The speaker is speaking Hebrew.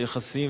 והיחסים,